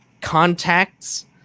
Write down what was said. contacts